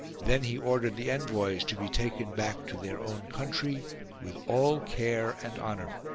then he ordered the envoys to be taken back to their own country with all care and honour.